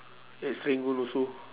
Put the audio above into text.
at serangoon also